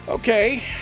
Okay